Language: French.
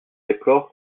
déplorent